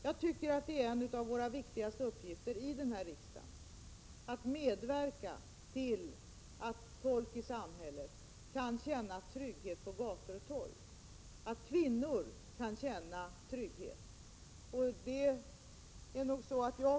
Jag tycker att en av våra viktigaste uppgifter här i riksdagen är att medverka till att folk i samhället kan känna trygghet på gator och torg, att inte minst kvinnor kan känna trygghet.